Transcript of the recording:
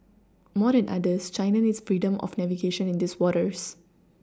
more than others China needs freedom of navigation in these waters